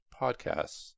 podcasts